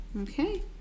Okay